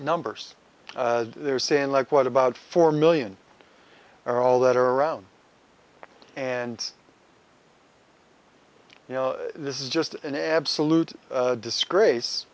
s they're saying like what about four million or all that are around and you know this is just an absolute disgrace